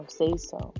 say-so